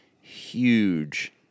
huge